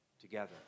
together